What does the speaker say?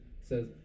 says